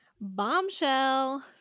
Bombshell